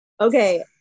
okay